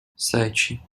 sete